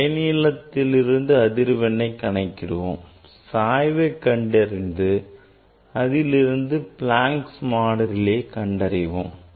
அலைநீளத்திலிருந்து அதிர்வெண்ணை கணக்கிடுவோம் சாய்வை கண்டறிந்து அதிலிருந்து Planck மாறிலியை கண்டறிவோம்